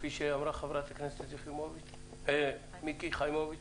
כפי שאמרה חברת הכנסת מיקי חיימוביץ'?